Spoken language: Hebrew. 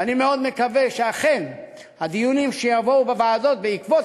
ואני מאוד מקווה שאכן הדיונים שיבואו בוועדות בעקבות